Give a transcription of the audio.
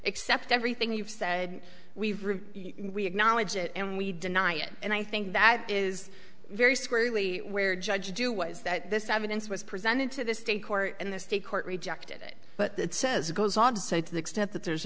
accept everything you've said we we acknowledge it and we deny it and i think that is very squarely where judges do was that this evidence was presented to the state court and the state court rejected it but that says it goes on to say to the extent that there's